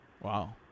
Wow